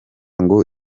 ngo